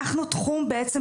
אנחנו תחום בעצם,